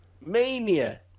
Mania